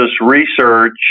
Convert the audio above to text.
research